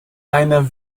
einer